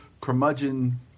curmudgeon